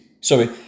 Sorry